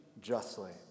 justly